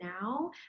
now